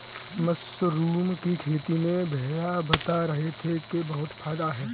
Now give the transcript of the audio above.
mushroom की खेती में भैया बता रहे थे कि बहुत फायदा है